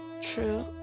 true